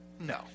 No